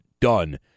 Done